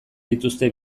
dituzte